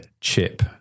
chip